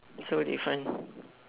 it's so different